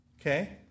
okay